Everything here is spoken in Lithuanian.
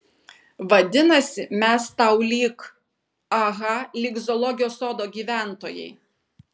vadinasi mes tau lyg aha lyg zoologijos sodo gyventojai